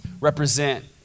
represent